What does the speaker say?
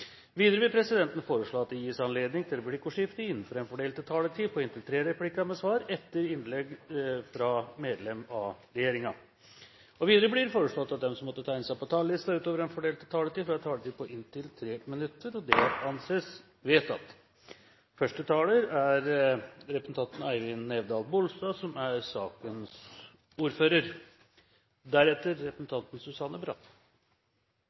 Videre vil presidenten foreslå at det gis anledning til replikkordskifte på inntil tre replikker med svar etter innlegg fra medlem av regjeringen innenfor den fordelte taletid. Videre blir det foreslått at de som måtte tegne seg på talerlisten utover den fordelte taletid, får en taletid på inntil 3 minutter. – Det anses vedtatt. For Høyre er